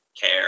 care